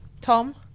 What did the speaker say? Tom